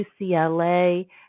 UCLA